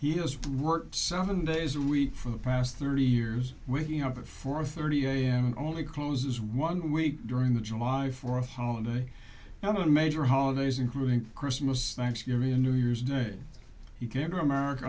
has worked seven days a week for the past thirty years with me up at four thirty am and only closes one week during the july fourth holiday and other major holidays including christmas thanksgiving and new year's day he came to america